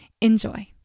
Enjoy